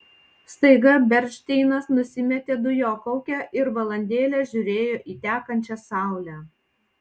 staiga bernšteinas nusimetė dujokaukę ir valandėlę žiūrėjo į tekančią saulę